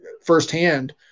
firsthand